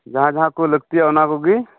ᱡᱟᱦᱟᱸ ᱡᱟᱦᱟᱸ ᱠᱚ ᱞᱟᱹᱠᱛᱤᱜᱼᱟ ᱚᱱᱟ ᱠᱚᱜᱮ